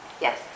Yes